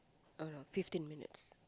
oh no fifteen minutes